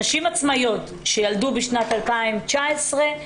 נשים עצמאיות שילדו בשנת 2019,